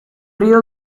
río